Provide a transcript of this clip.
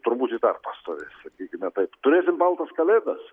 turbūt ji dar pastovės sakykime taip turėsim baltas kalėdas